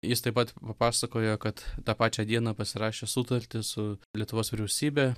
jis taip pat papasakojo kad tą pačią dieną pasirašė sutartį su lietuvos vyriausybe